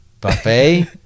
buffet